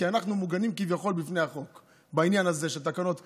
כי אנחנו מוגנים כביכול מפני החוק בעניין הזה של תקנות החירום,